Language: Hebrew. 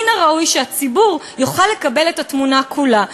מן הראוי שהציבור יוכל לקבל את התמונה כולה.